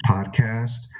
Podcast